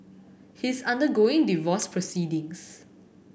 he is undergoing divorce proceedings